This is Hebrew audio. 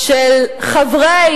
חברת